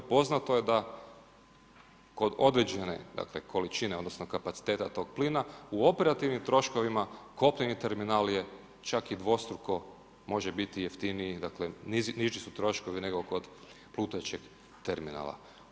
Poznato je da kod određene količine odnosno kapaciteta tog plina u operativnim troškovima kopneni terminal je čak i dvostruko može biti jeftiniji dakle niži su troškovi nego kod plutajućeg terminala.